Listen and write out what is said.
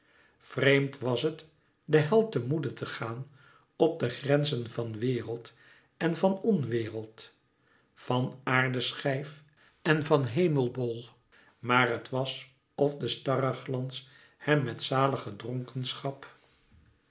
vreemd was het den held te moede te gaan op de grenzen van wereld en van onwereld van aardeschijf en van hemelbol maar het was of de starrenglans hem met zalige